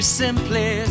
simply